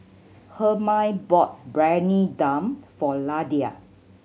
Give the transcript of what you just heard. Hermine bought Briyani Dum for